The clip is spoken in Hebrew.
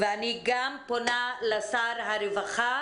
אני פונה גם לשר הרווחה